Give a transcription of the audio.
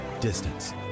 Distance